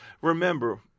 Remember